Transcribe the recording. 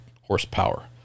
horsepower